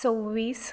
सव्वीस